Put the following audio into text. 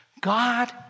God